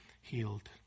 healed